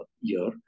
year